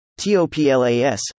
TOPLAS